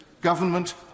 government